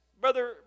Brother